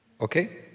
okay